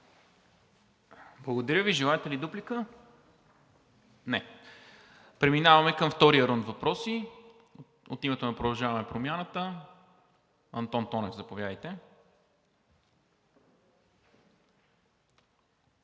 Благодаря Ви. Желаете ли дуплика? Не. Преминаваме към втория рунд въпроси. От името на „Продължаваме Промяната“ – Антон Тонев, заповядайте.